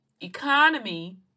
economy